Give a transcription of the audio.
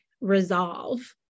resolve